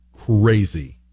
crazy